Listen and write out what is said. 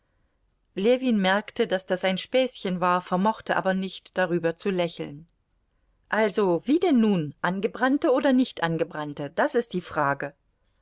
ljewin merkte daß das ein späßchen war vermochte aber nicht darüber zu lächeln also wie denn nun angebrannte oder nicht angebrannte das ist die frage